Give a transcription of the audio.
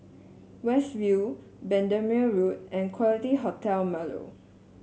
West View Bendemeer Road and Quality Hotel Marlow